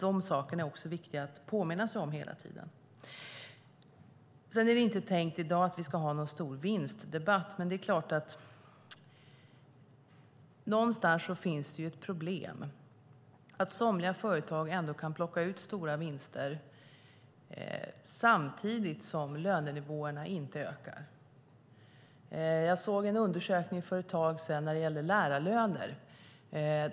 De sakerna är viktiga att hela tiden påminna sig om. Det är inte tänkt att vi ska ha någon stor vinstdebatt i dag, men det är klart att det någonstans finns problem när somliga företag kan plocka ut stora vinster samtidigt som lönenivåerna inte ökar. Jag såg en undersökning om lärarlöner för ett tag sedan.